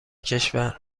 کشور